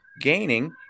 gaining